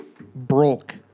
broke